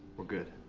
we're good.